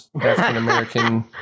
African-American